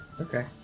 Okay